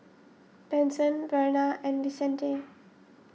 Benson Verna and Vicente